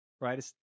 right